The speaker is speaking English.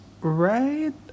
right